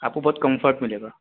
آپ کو بہت کمفرٹ ملے گا